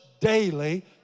daily